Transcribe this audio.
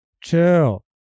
Chill